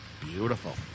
Beautiful